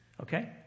Okay